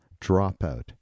dropout